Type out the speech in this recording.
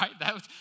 right